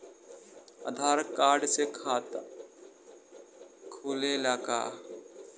आधार card से खाता खुले ला का?